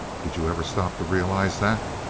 did you ever stop to realize that?